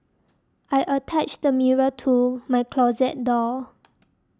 I attached a mirror to my closet door